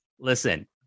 listen